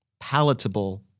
palatable